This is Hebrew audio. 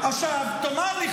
עכשיו תאמר לי,